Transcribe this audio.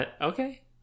Okay